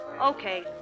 Okay